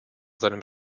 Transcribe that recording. seinem